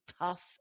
tough